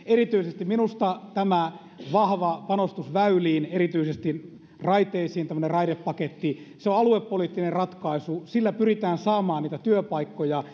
erityisesti minusta tämä vahva panostus väyliin ja erityisesti raiteisiin tämmöinen raidepaketti on aluepoliittinen ratkaisu sillä pyritään saamaan työpaikkoja